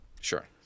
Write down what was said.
Sure